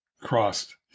crossed